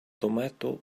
tomato